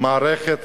מערכת